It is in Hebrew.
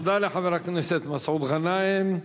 תודה לחבר הכנסת מסעוד גנאים.